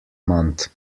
month